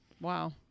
wow